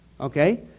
okay